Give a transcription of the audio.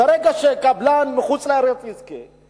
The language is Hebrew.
ברגע שקבלן מחוץ-לארץ יזכה,